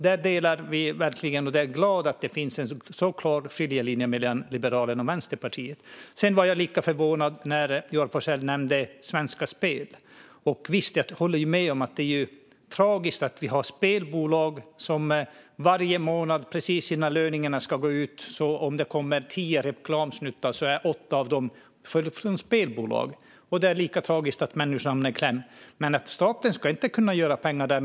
Där är jag verkligen glad att det finns en så klar skiljelinje mellan Liberalerna och Vänsterpartiet. Sedan var jag lika förvånad när Joar Forssell nämnde Svenska Spel. Jag håller med om att det är tragiskt att vi har spelbolag som annonserar varje månad precis innan lönerna går ut. Om det kommer tio reklamsnuttar är åtta av dem från spelbolag. Det är lika tragiskt att människor kommer i kläm. Staten ska inte kunna göra pengar där.